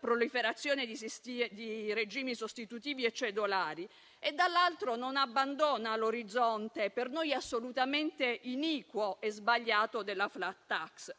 proliferazione di regimi sostitutivi e cedolari e, dall'altra, non abbandona l'orizzonte per noi assolutamente iniquo e sbagliato della *flat tax*,